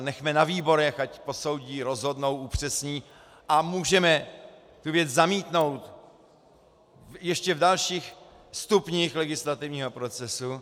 Nechme na výborech, ať posoudí, rozhodnou, upřesní, a můžeme tu věc zamítnout ještě v dalších stupních legislativního procesu.